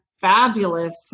fabulous